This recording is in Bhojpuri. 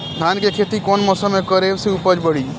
धान के खेती कौन मौसम में करे से उपज बढ़ी?